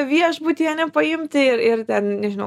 viešbutį ane nepaimti ir ir ten nežinau